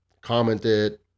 commented